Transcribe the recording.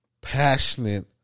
passionate